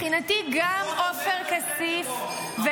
-- מבחינתי גם עופר כסיף -- החוק אומר תומכי טרור.